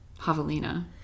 javelina